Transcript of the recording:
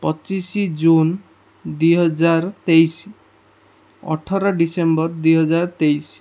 ପଚିଶ ଜୁନ୍ ଦୁଇ ହଜାର ତେଇଶି ଅଠର ଡିସେମ୍ବର ଦୁଇ ହଜାର ତେଇଶି